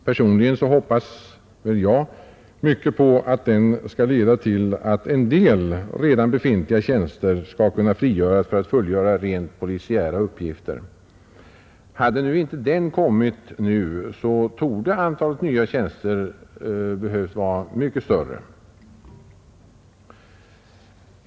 Personligen hoppas jag att den skall leda till att en del redan befintliga tjänster skall kunna frigöras för rent polisiära uppgifter. Hade inte denna omorganisation gjorts, så torde antalet nya tjänster ha behövt vara mycket större.